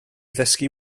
ddysgu